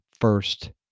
First